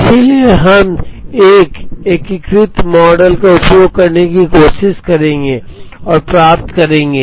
इसलिए हम एक एकीकृत मॉडल का उपयोग करने की कोशिश करेंगे और प्राप्त करेंगे